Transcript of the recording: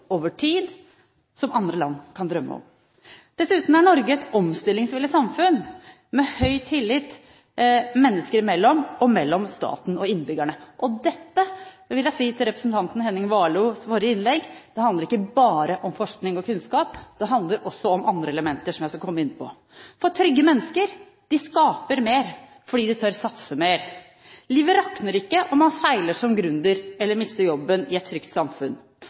over tid, som andre land bare kan drømme om. Dessuten er Norge et omstillingsvillig samfunn, med høy tillit mennesker imellom og mellom staten og innbyggerne. Og dette vil jeg si til representanten Henning Warloes forrige innlegg: Det handler ikke bare om forskning og kunnskap. Det handler også om andre elementer, som jeg skal komme inn på. Trygge mennesker skaper mer fordi de tør å satse mer. Livet rakner ikke om man feiler som gründer eller mister jobben i et trygt samfunn.